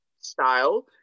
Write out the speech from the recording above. style